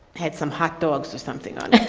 had some hotdogs or something.